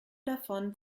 davon